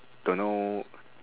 don't know